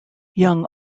young